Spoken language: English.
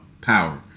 power